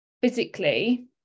physically